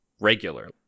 regularly